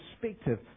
perspective